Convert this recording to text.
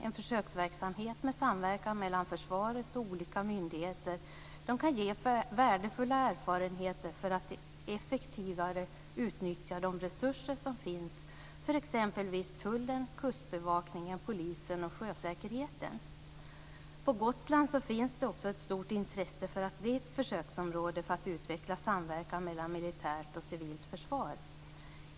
En försöksverksamhet med samverkan mellan försvaret och olika myndigheter kan ge värdefulla erfarenheter för att effektivare utnyttja de resurser som finns för exempelvis tullen, Kustbevakningen, polisen och sjösäkerheten. På Gotland finns också ett stort intresse att bli ett försöksområde för att utveckla samverkan mellan militärt och civilt försvar.